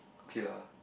okay lah